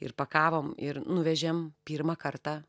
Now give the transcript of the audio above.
ir pakavom ir nuvežėm pirmą kartą